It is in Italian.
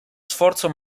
sforzo